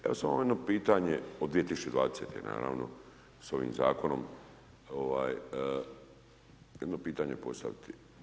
Evo, samo jedno pitanje o 2020. naravno, s ovim zakonom, jedno pitanje postaviti.